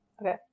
Okay